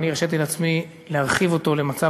ואני הרשיתי לעצמי להרחיב אותו למצב